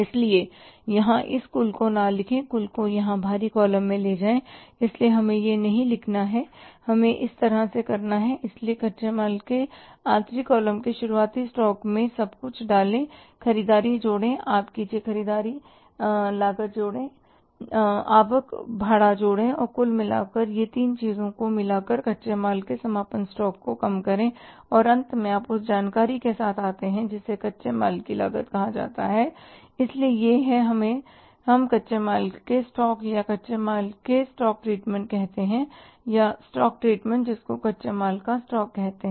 इसलिए यहाँ इस कुल को न लिखें कुल को यहाँ बाहरी कॉलम में ले जाएँ इसलिए हमें यह नहीं लिखना है हमें इस तरह से करना है इसलिए कच्चे माल के आंतरिक कॉलम के शुरुआती स्टॉक में सब कुछ डालें खरीदारी जोड़ें आप कीजिए खरीदारी लागत जोड़ें आवक भाड़ा जोड़ें तो कुल मिलाकर यह तीन चीजें को मिलाकर कच्चे माल के समापन स्टॉक को कम करें और अंत में आप उस जानकारी के साथ आते हैं जिसे कच्चे माल की लागत कहा जाता है इसलिए यह है हम कच्चे माल के स्टॉक या कच्चे माल के स्टॉक ट्रीटमेंट कैसे करते हैं या स्टॉक ट्रीटमेंट जोकि कच्चे माल का स्टॉक कहलाता हैं